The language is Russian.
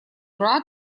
рад